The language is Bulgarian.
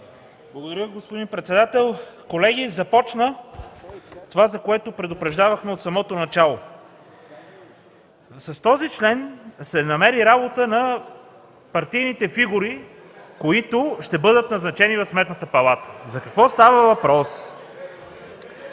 Благодаря, господин председател. Колеги, започна това, за което предупреждавахме от самото начало. С този член се намери работа на партийните фигури, които ще бъдат назначени в Сметната палата. За какво става въпрос?